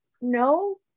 no